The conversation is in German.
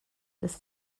des